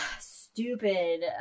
stupid